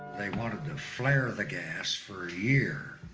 they wanted to flare the gas for a year